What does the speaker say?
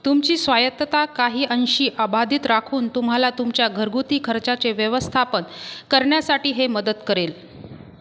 तुमची स्वायत्तता काही अंशी अबाधित राखून तुम्हाला तुमच्या घरगुती खर्चाचे व्यवस्थापन करण्यासाठी हे मदत करेल